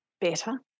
better